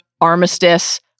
Armistice